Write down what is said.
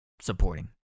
supporting